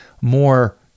more